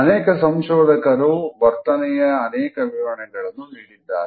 ಅನೇಕ ಸಂಶೋಧಕರು ವರ್ತನೆಯ ಅನೇಕ ವಿವರಣೆಗಳನ್ನು ನೀಡಿದ್ದಾರೆ